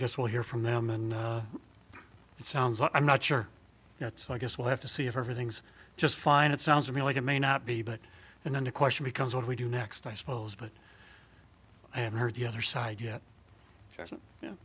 guess we'll hear from them and it sounds like i'm not sure yet so i guess we'll have to see if everything's just fine it sounds to me like it may not be but and then the question becomes what we do next i suppose but i haven't heard yet or side yet